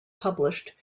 published